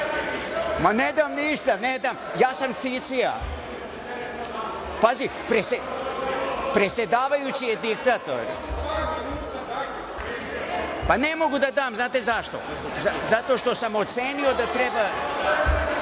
ne dam ništa, ne dam. Ja sam cicija. Pazi! Predsedavajući je diktator. Pa, ne mogu da dam. Znate zašto? Zato što sam ocenio da treba